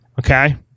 Okay